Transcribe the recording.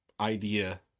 idea